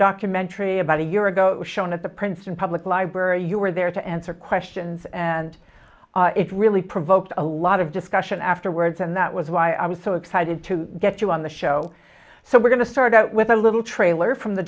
documentary about a year ago shown at the princeton public library you were there to answer questions and it really provoked a lot of discussion afterwards and that was why i was so excited to get you on the show so we're going to start out with a little trailer from the